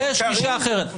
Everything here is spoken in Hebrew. יש גישה אחרת.